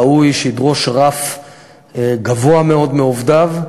ראוי שידרוש רף גבוה מאוד מעובדיו,